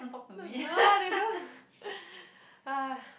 no no lah they don't !hais!